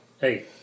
hey